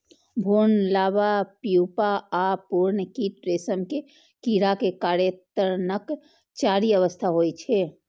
भ्रूण, larva, pupa आ पूर्ण कीट रेशम के कीड़ा के कायांतरणक चारि अवस्था होइ छै